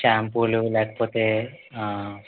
షాంపూలు లేకపోతే